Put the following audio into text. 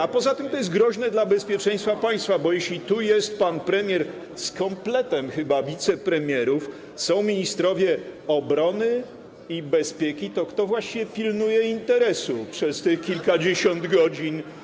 A poza tym to jest groźne dla bezpieczeństwa państwa, bo jeśli tu jest pan premier z kompletem chyba wicepremierów, są ministrowie obrony i bezpieki, to kto właściwie pilnuje interesu przez te kilkadziesiąt godzin?